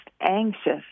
anxious